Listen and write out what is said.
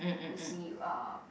you see uh